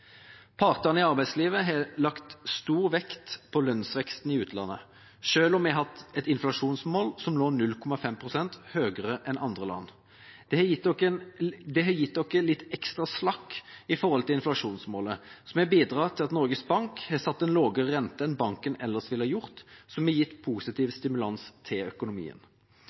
Partene i arbeidslivet har lagt stor vekt på lønnsveksten i utlandet, selv om vi har hatt et inflasjonsmål som lå 0,5 pst. høyere enn andre land. Det har gitt oss litt ekstra slakk i forhold til inflasjonsmålet, som har bidratt til at Norges Bank har satt en lavere rente enn banken ellers ville gjort, som har gitt positiv stimulans til økonomien.